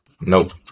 Nope